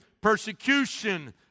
persecution